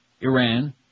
Iran